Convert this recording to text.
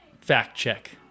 fact-check